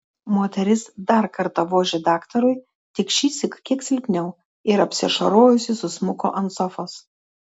moteris dar kartą vožė daktarui tik šįsyk kiek silpniau ir apsiašarojusi susmuko ant sofos